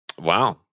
Wow